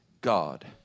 God